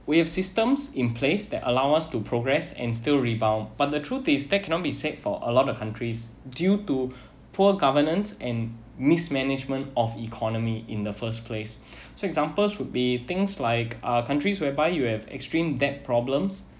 we have systems in place that allow us to progress and still rebound but the truth is that cannot be said for a lot of countries due to poor governance and mismanagement of economy in the first place so examples would be things like uh country whereby you have extreme debt problems